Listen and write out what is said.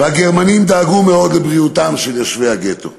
והגרמנים דאגו מאוד לבריאותם של יושבי הגטו".